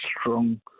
strong